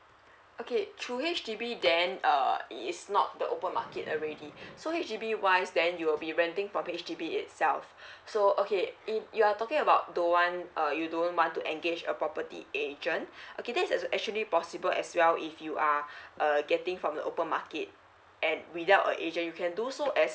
okay through H_D_B then uh it is not the open market already so H_D_B wise then you'll be renting from H_D_B itself so okay if you're talking about don't want uh you don't want to engage a property agent okay this is actually possible as well if you are err getting from the open market and without a agent you can do so as